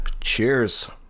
cheers